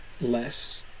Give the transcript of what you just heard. less